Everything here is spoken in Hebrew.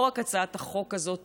לא רק הצעת החוק הזאת,